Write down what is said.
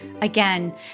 Again